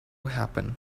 happen